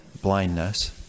blindness